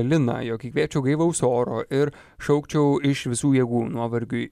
lina jog įkvėpčiau gaivaus oro ir šaukčiau iš visų jėgų nuovargiui